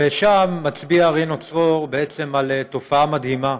ושם מצביע רינו צרור על תופעה מדהימה,